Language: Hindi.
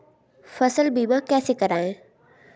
फसल बीमा कैसे कराएँ?